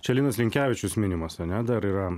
čia linas linkevičius minimas ane dar yra